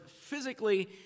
physically